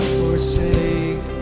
forsake